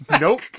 Nope